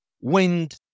wind